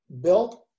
built